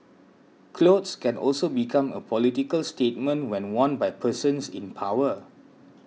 clothes can also become a political statement when worn by persons in power